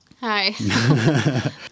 Hi